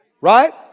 right